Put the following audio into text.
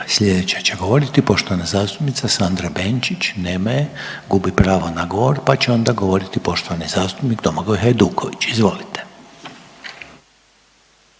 Sljedeća će govoriti poštovana zastupnica Sandra Benčić. Nema je, gubi pravo na govor, pa će onda govoriti poštovani zastupnik Domagoj Hajduković. Izvolite.